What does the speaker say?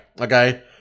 Okay